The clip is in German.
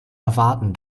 erwarten